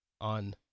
on